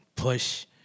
push